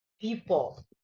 people